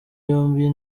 yombi